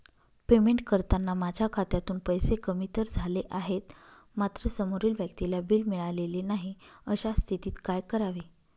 Payment करताना माझ्या खात्यातून पैसे कमी तर झाले आहेत मात्र समोरील व्यक्तीला बिल मिळालेले नाही, अशा स्थितीत काय करावे?